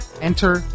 Enter